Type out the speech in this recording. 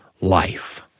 life